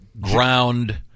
ground